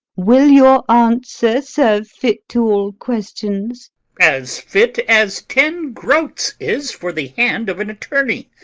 will your answer serve fit to all questions as fit as ten groats is for the hand of an attorney,